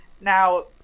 now